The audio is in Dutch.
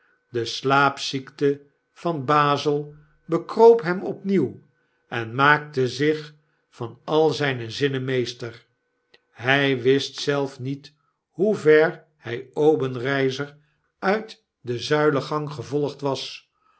de slaapziekte van bazel bekroop hem opnieuw en maakte zich van al zyne zinnen meester hij wist zelf niet hoever hij obenreizer uit den zuilengang gevolgd was